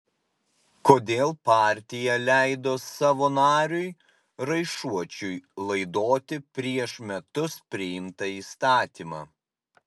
kodėl partija leido savo nariui raišuočiui laidoti prieš metus priimtą įstatymą